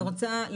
אני לא סוטה.